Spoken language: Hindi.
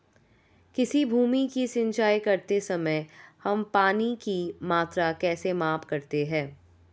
किसी भूमि की सिंचाई करते समय हम पानी की मात्रा कैसे माप सकते हैं?